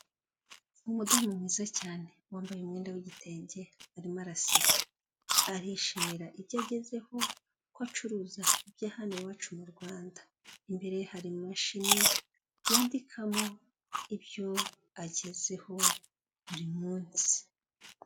Umudamu mwiza cyane, wambaye umwenda w'igitenge, arimo araseka, arishimira ibyo agezeho, ko acuruza ibya hano iwacu mu Rwanda. Imbere hari imashini yandikamo ibyo agezeho buri munsi.